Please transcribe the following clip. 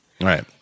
Right